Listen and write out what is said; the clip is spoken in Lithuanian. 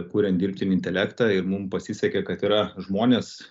kuriant dirbtinį intelektą ir mum pasisekė kad yra žmonės